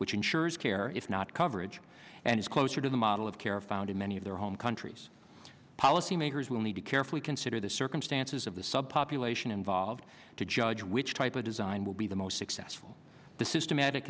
which ensures care if not coverage and is closer to the model of care found in many of their home countries policymakers will need to carefully consider the circumstances of the sub population involved to judge which type of design will be the most successful the systematic